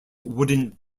wooden